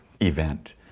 event